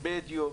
בדיוק.